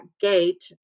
gate